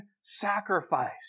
sacrifice